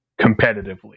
competitively